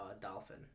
dolphin